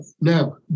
now